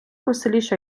веселіше